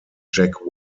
jack